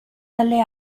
dalle